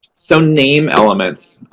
some name elements.